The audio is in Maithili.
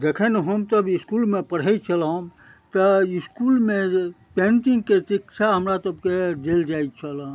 जखन हम सब इसकुलमे पढ़य छलहुँ तऽ इसकुलमे पेन्टिंगके शिक्षा हमरा सभके देल जाइत छल हँ